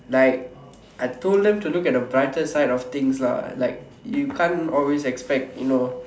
like I told them to look at a brighter side of things lah like you can't always expect you know